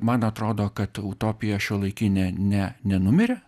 man atrodo kad utopija šiuolaikinė ne nenumirė